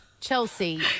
Chelsea